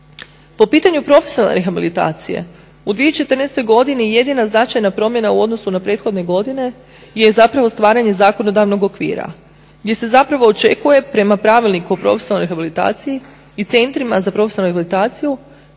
Po pitanju profesionalne rehabilitacije u 2014. godini jedina značajna promjena u odnosu na prethodne godine je zapravo stvaranje zakonodavnog okvira gdje se zapravo očekuje prema Pravilniku o profesionalnoj rehabilitaciji i centrima za profesionalnu rehabilitaciju